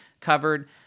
covered